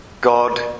God